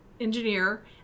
engineer